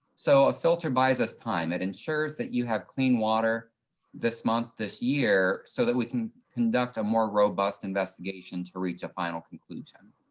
so a filter buys us time. it ensures that you have clean water this month, this year so that we can conduct a more robust investigation to reach a final conclusion.